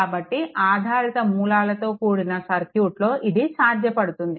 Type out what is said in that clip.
కాబట్టి ఆధారిత మూలాలతో కూడిన సర్క్యూట్లో ఇది సాధ్యపడుతుంది